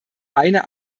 eine